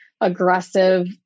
aggressive